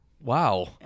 Wow